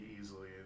easily